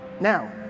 Now